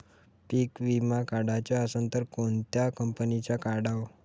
पीक विमा काढाचा असन त कोनत्या कंपनीचा काढाव?